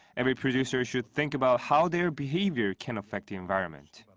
every producer should think about how their behavior can affect the environment.